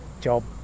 job